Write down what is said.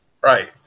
Right